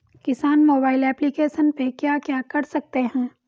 किसान mobile application पे क्या क्या कर सकते हैं?